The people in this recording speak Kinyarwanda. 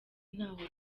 ntaho